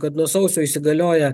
kad nuo sausio įsigalioja